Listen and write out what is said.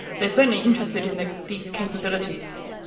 they are certainly interested in ah these capabilities.